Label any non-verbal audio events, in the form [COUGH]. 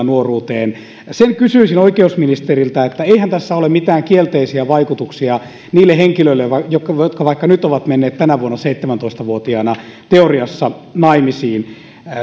[UNINTELLIGIBLE] nuoruuteen sitä kysyisin oikeusministeriltä että eihän tässä ole mitään kielteisiä vaikutuksia niille henkilöille jotka jotka vaikka nyt ovat menneet tänä vuonna seitsemäntoista vuotiaina teoriassa naimisiin